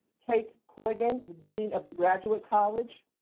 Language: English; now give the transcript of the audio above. kate korgan, the dean of the graduate college.